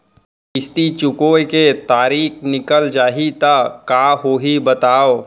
किस्ती चुकोय के तारीक निकल जाही त का होही बताव?